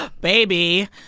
baby